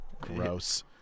Gross